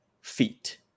feet